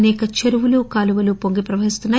అసేక చెరువులు కాలువలు హొంగి ప్రవహిస్తున్నాయి